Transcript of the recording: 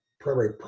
Primary